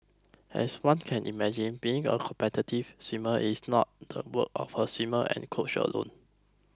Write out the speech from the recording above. as one can imagine being a competitive swimmer is not the work of the swimmer and coach alone